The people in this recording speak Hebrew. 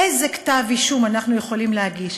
איזה כתב אישום אנחנו יכולים להגיש?